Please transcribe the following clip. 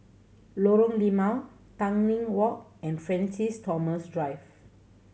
Lorong Limau Tanglin Walk and Francis Thomas Drive